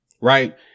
right